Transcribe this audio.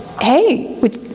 hey